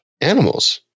animals